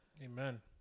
Amen